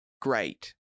great